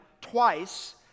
twice